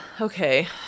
okay